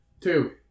two